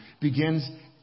begins